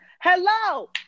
hello